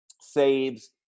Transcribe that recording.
saves